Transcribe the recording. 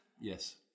Yes